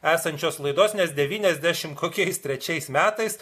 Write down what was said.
esančios laidos nes devyniasdešimt kokiais trečiais metais